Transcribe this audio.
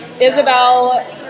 Isabel